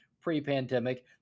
pre-pandemic